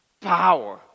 Power